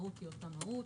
המהות היא אותה מהות.